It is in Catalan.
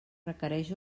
requereix